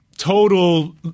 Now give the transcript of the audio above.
Total